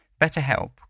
BetterHelp